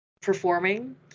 performing